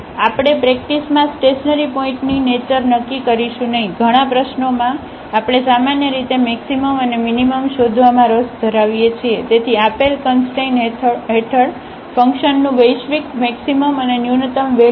આપણે પ્રેક્ટિસમાં સ્ટેશનરી પોઇન્ટની નેચર નક્કી કરીશું નહીં ઘણી પ્રશ્નોઓમાં આપણે સામાન્ય રીતે મેક્સિમમ અને મીનીમમ શોધવામાં રસ ધરાવીએ છીએ તેથી આપેલ કંસટ્રેન હેઠળ ફંકશનનું વૈશ્વિક મેક્સિમમ અને ન્યૂનતમ વેલ્યુ